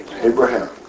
Abraham